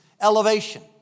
elevation